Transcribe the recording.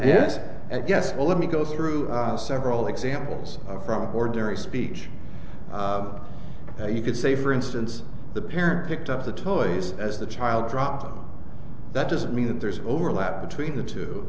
again well let me go through several examples from ordinary speech so you could say for instance the parent picked up the toys as the child dropped that doesn't mean that there's overlap between the two